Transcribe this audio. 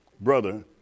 brother